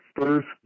first